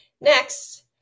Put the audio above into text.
Next